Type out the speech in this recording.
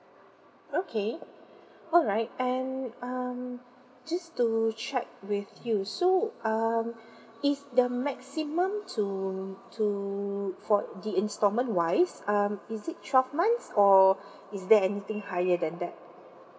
okay alright and um just to check with you so um is the maximum to to for the instalment wise um is it twelve months or is there anything higher than that